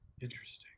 interesting